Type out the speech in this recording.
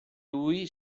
lui